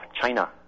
China